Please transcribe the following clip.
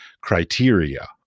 criteria